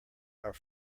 are